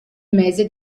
mese